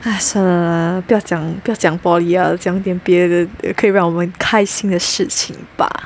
!hais! 算了 lah 不要讲不要讲 poly 了讲点别的可以让我们开心的事情吧